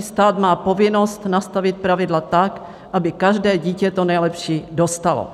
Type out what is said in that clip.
Stát má povinnost nastavit pravidla tak, aby každé dítě to nejlepší dostalo.